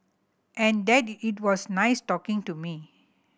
and that it was nice talking to me